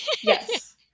yes